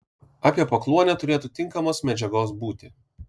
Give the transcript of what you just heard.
apie pakluonę turėtų tinkamos medžiagos būti